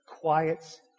quiets